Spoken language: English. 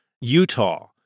Utah